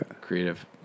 creative